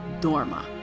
Dorma